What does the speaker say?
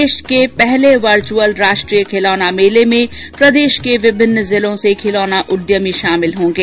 देश के पहले वर्चुअल राष्ट्रीय खिलौना मेले में प्रदेश के विभिन्न जिलों से खिलौना उद्यमी शामिल होंगे